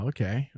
Okay